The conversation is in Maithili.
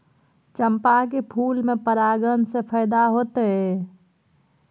चंपा के फूल में परागण से फायदा होतय?